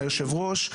היושב-ראש,